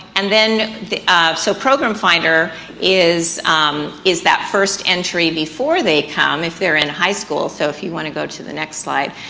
and then, ah so program finder is um is that first entry before they come if they're in high school. so, if you want to go to the next slide.